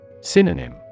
Synonym